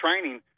training